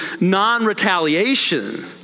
non-retaliation